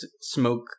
smoke